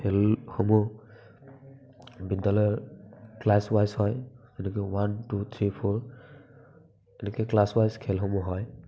খেলসমূহ বিদ্যালয়ৰ class wise হয় যেনেকে ওৱান টু থ্ৰী ফ'ৰ তেনেকে ক্লাছ ৱাইজ খেলসমূহ হয়